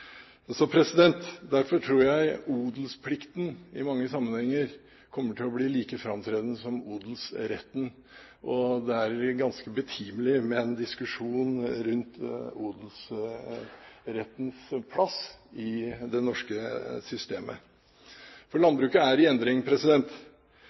Derfor tror jeg odelsplikten i mange sammenhenger kommer til å bli like framtredende som odelsretten. Det er ganske betimelig med en diskusjon rundt odelsrettens plass i det norske systemet.